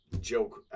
joke